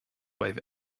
wife